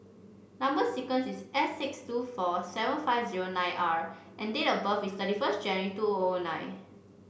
number sequence is S six two four seven five zero nine R and date of birth is thirty first January two O O nine